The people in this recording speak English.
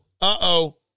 uh-oh